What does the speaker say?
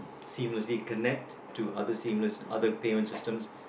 seamlessly connect to others seamless other payments systems